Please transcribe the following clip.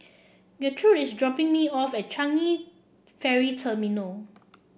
Gertrude is dropping me off at Changi Ferry Terminal